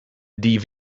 die